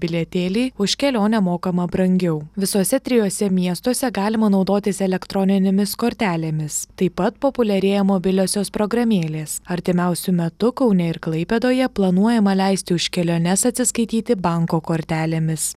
bilietėlį už kelionę mokama brangiau visuose trijuose miestuose galima naudotis elektroninėmis kortelėmis taip pat populiarėja mobiliosios programėlės artimiausiu metu kaune ir klaipėdoje planuojama leisti už keliones atsiskaityti banko kortelėmis